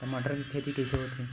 टमाटर के खेती कइसे होथे?